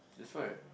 that's why